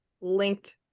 linked